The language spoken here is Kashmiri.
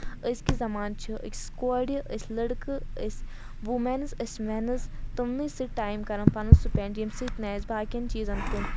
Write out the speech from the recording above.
أزکِس زَمانہٕ چھِ أکِس کورِ أسۍ لٔڑکہٕ أسۍ وُمینٕز أسۍ مینٕز تِمنٕے سۭتۍ ٹایم کَران پَنُن سپیٚنٛڈ ییٚمہِ سۭتۍ نہٕ آسہِ باقین چیٖزَن کُن